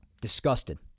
Disgusted